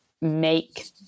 make